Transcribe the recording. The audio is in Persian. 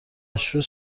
مشروح